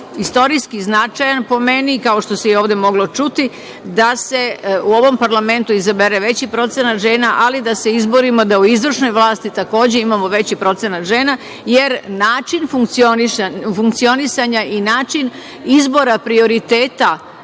istorijski značajan korak, po meni, kao što se i ovde moglo čuti, da se u ovom parlamentu izabere veći procenat žena, ali da se izborimo da u izvršnoj vlasti takođe imamo veći procenat žena. Jer, način funkcionisanja i način izbora prioriteta